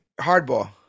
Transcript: Hardball